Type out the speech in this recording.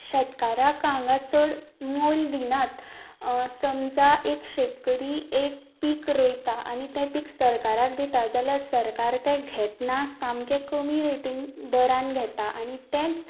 शेतकाराक हागां चड मोल दिनात समजा एक शेतकरी एक पीक रोयता आनी तें पीक सरकाराक दितात जाल्यार सरकार तें घेतना सामकें कमी रेटिन दरान घेता आनी तेंच